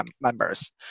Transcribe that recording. members